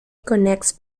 connects